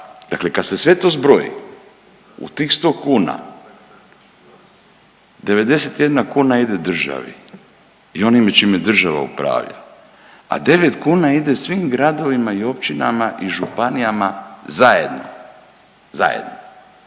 dakle kad se sve to zbroji u tih 100 kuna 91 kuna ide državi i onime čime država upravlja, a 9 kuna ide svim gradovima i općinama i županijama zajedno,